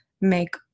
make